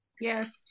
Yes